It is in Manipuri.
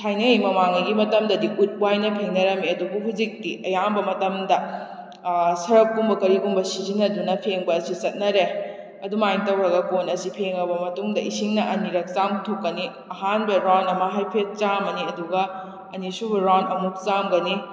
ꯊꯥꯏꯅꯉꯩꯒꯤ ꯃꯃꯥꯡꯉꯩꯒꯤ ꯃꯇꯝꯗꯗꯤ ꯎꯠ ꯋꯥꯏꯅ ꯐꯦꯡꯅꯔꯝꯃꯤ ꯑꯗꯨꯕꯨ ꯍꯧꯖꯤꯛꯇꯤ ꯑꯌꯥꯝꯕ ꯃꯇꯝꯗ ꯁꯔꯞꯀꯨꯝꯕ ꯀꯔꯤꯒꯨꯝꯕ ꯁꯤꯖꯤꯟꯅꯗꯨꯅ ꯐꯦꯡꯕ ꯑꯁꯤ ꯆꯠꯅꯔꯦ ꯑꯗꯨꯃꯥꯏꯅ ꯇꯧꯔꯒ ꯀꯣꯟ ꯑꯁꯤ ꯐꯦꯡꯉꯕ ꯃꯇꯨꯡꯗ ꯏꯁꯤꯡꯅ ꯑꯅꯤꯔꯛ ꯆꯥꯝꯊꯣꯛꯀꯅꯤ ꯑꯍꯥꯟꯕ ꯔꯥꯎꯟ ꯑꯃ ꯍꯥꯏꯐꯦꯠ ꯆꯥꯝꯃꯅꯤ ꯑꯗꯨꯒ ꯑꯅꯤꯁꯨꯕ ꯔꯥꯎꯟ ꯑꯃꯨꯛ ꯆꯥꯝꯒꯅꯤ